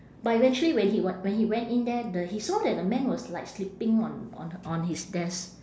but eventually when he w~ when he went in there the he saw that the man was like sleeping on on on his desk